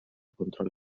control